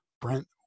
Brent